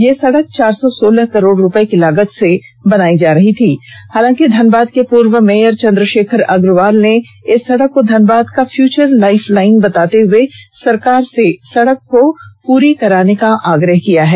यह सड़क चार सौ सोलह करोड़ रूपये की लागत से बनायी जा रही थी हालांकि धनबाद के पूर्व भेयर चंद्र शेखर अग्रवाल ने इस सड़क को धनबाद का फ्यूचर लाइफ लाइन बताते हुए सरकार से सड़क को पूरा कराने का आग्रह किया है